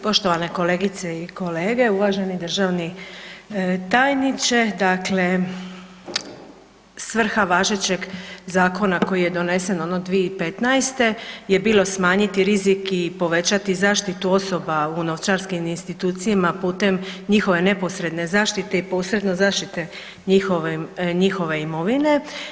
Poštovane kolegice i kolege, uvaženi državni tajniče dakle svrha važećeg zakona koji je donesen ono 2015. je bilo smanjiti rizik i povećati zaštitu osoba u novčarskim institucijama putem njihove neposredne zaštite i posredno zaštite njihove imovine.